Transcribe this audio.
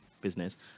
business